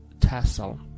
tassel